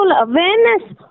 awareness